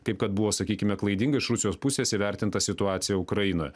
kaip kad buvo sakykime klaidinga iš rusijos pusės įvertinta situacija ukrainoje